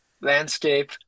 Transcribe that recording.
landscape